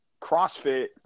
crossfit